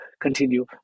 continue